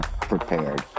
prepared